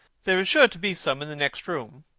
there is sure to be some in the next room.